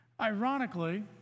Ironically